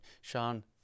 Sean